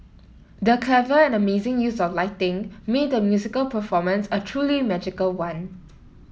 the clever and amazing use of lighting made the musical performance a truly magical one